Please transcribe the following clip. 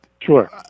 Sure